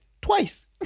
Twice